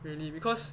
really because